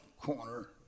Corner